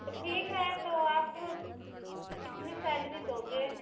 तो ठीक है तो आप कितने सैलरी दोगे